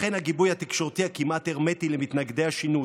לכן הגיבוי התקשורתי הכמעט-הרמטי למתנגדי השינוי.